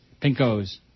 Pinkos